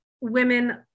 women